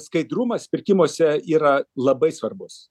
skaidrumas pirkimuose yra labai svarbus